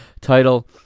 title